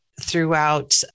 throughout